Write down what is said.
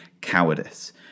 cowardice